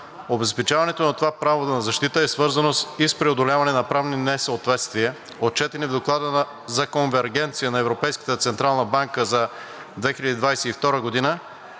Обезпечаването на това право на защита е свързано и с преодоляване на правни несъответствия, отчетени в Доклада за конвергенция на Европейската централна банка (ЕЦБ) за 2022 г.,